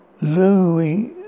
Louis